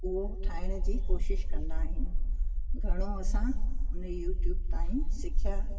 उहो ठाहिण जी कोशिश कंदा आहियूं घणो असां न यूट्यूब ताईं सिखिया